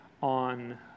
on